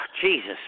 Jesus